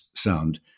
sound